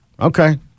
Okay